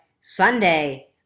Sunday